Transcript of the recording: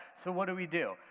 so what do we do?